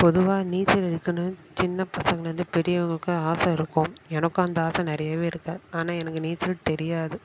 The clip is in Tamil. பொதுவாக நீச்சல் அடிக்கணும் சின்ன பசங்கலருந்து பெரியவங்களுக்கு ஆசை இருக்கும் எனக்கும் அந்த ஆசை நிறையவே இருக்கு ஆனால் எனக்கு நீச்சல் தெரியாது